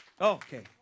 Okay